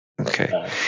Okay